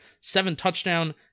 seven-touchdown